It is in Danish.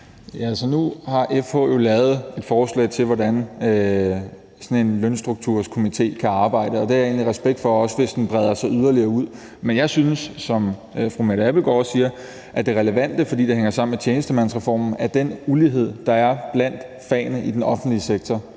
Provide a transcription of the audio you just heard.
Altså, nu har FH jo lavet et forslag til, hvordan sådan en lønstrukturkomité kan arbejde, og det har jeg egentlig respekt for, også hvis den breder sig yderligere ud. Men jeg synes, som fru Mette Abildgaard også siger, at det relevante, fordi det hænger sammen med tjenestemandsreformen, er den ulighed, der er blandt fagene i den offentlige sektor,